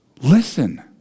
listen